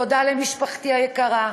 תודה למשפחתי היקרה,